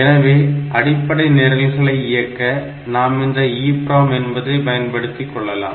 எனவே அடிப்படை நிரல்களை இயக்க நாம் இந்த EPROM என்பதை பயன்படுத்தி கொள்ளலாம்